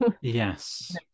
Yes